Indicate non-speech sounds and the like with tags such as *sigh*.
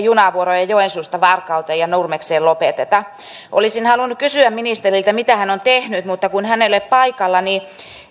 *unintelligible* junavuoroja joensuusta varkauteen ja nurmekseen lopeteta olisin halunnut kysyä ministeriltä mitä hän on tehnyt mutta kun hän ei ole paikalla niin